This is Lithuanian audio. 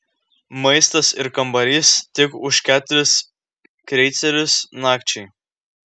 maistas ir kambarys tik už keturis kreicerius nakčiai